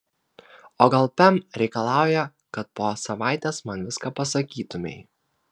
o gal pem reikalauja kad po savaitės man viską pasakytumei